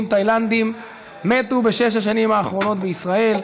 תאילנדים מתו בשש השנים האחרונות בישראל,